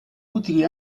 utili